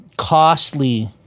costly